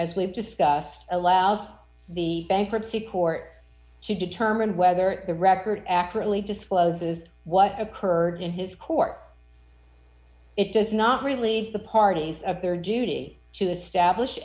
as we've discussed allows the bankruptcy court to determine whether the record accurately discloses what occurred in his court it's not really the party's of their duty to establish